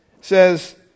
says